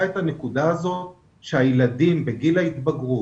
את הנקודה הזו שהילדים בגיל ההתבגרות,